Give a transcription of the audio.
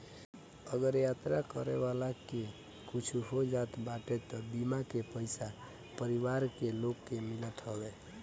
अगर यात्रा करे वाला के कुछु हो जात बाटे तअ बीमा के पईसा परिवार के लोग के मिलत हवे